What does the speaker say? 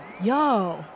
yo